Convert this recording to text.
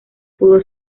pudo